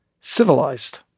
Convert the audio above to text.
civilized